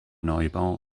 neubau